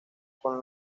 con